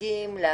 בסעיף קטן (ה),